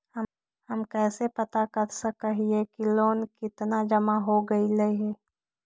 हम कैसे पता कर सक हिय की लोन कितना जमा हो गइले हैं?